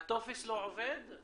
כי הטופס לא עובד.